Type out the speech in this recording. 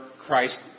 Christ